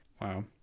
Wow